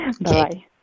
Bye